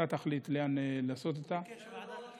אתה תחליט לאן להפנות אותה.